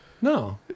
No